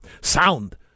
Sound